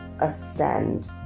ascend